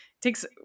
takes